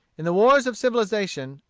in the wars of civilization,